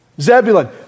Zebulun